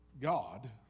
God